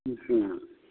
हाँ